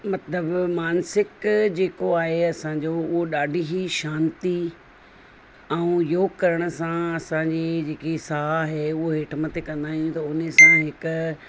मतिलबु मानसिक जेको आहे असांजो उहो ॾाढी ई शांती ऐं योगु करण सां असांजी जेकी साहु आहे उहो हेठि मथे कंदा आहियूं उन सां हिकु